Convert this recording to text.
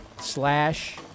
slash